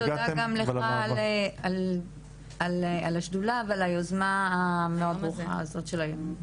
תודה רבה גם לך על השדולה ועל היוזמה המבורכת הזו של היום.